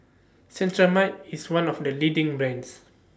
Cetrimide IS one of The leading brands